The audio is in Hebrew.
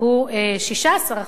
הוא 16%,